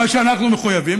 מה שאנחנו מחויבים,